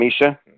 Misha